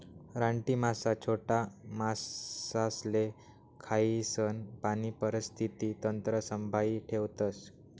रानटी मासा छोटा मासासले खायीसन पाणी परिस्थिती तंत्र संभाई ठेवतस